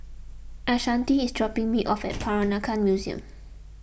Ashanti is dropping me off at Peranakan Museum